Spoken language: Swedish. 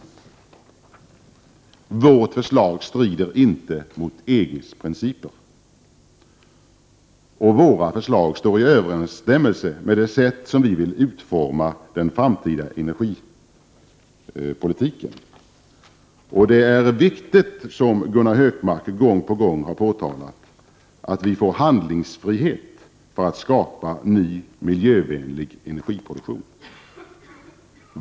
Vårt förslag strider inte mot EG:s principer. Våra förslag står i överensstämmelse med det sätt på vilket vi vill utforma den framtida energipolitiken. Det är viktigt, som Gunnar Hökmark gång på gång har påpekat, att vi får handlingsfrihet för att skapa ny miljövänlig energiproduktion.